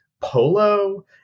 polo